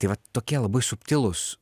tai va tokie labai subtilūs